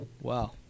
Wow